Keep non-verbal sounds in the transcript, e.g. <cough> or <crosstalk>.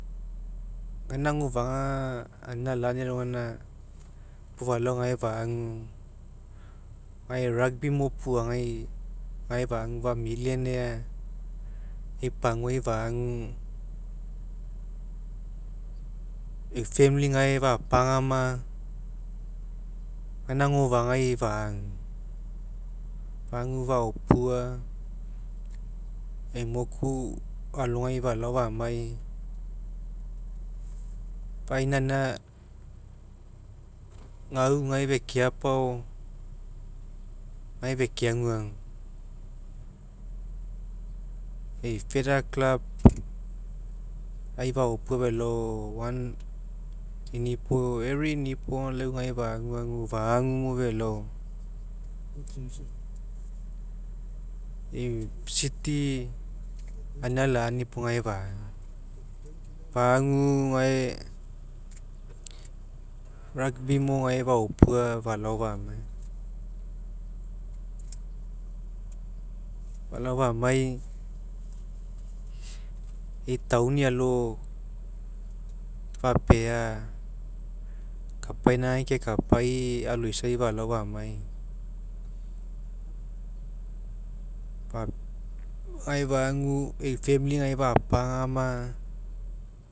Gaina agofa'a aga aninalani alogaina gapuo falao gae fagu rugby mo opuagai gae fagu fanu llionaire ei paguai fagu amu family eniu fanuly gae fapagania gaina agofa'agai fagu. Fagu faopua ei gopu alogai falao faniai, <unintelligible> gau gae feke apao gae fekeaguagu. Ei further club ai faopua felao one every unupo aga lau gae faguagu fagu nio felao, ei city aninalani puo gae fagu. Fagu gae rugby mo gae faopua falao famai, falao famai ei town'i alo fapae leapaina gae kekapai aloisai falao famai ga gae eu fanuly gae fapagana.